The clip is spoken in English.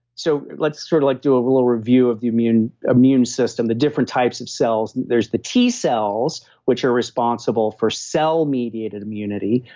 so let's sort of like do a little review of the immune immune system. the different types of cells. there's the t cells which are responsible for cell-mediated immunity.